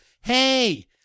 hey